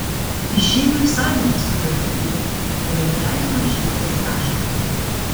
išeiviui sąlytis su lietuvybe yra gyvenimo išeities taškas